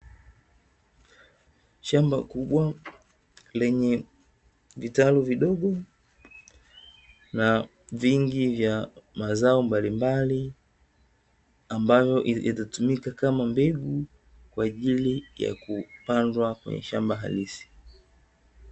Shamba kubwa lenye vitalu vidogo na vingi vya mazao mbalimbali ambavyo yatatumika kama mbegu, kwa ajili ya kupandwa kwenye shamba halisi.